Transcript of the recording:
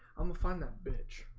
um find that bitch